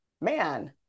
man